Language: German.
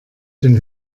den